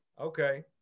Okay